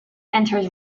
enters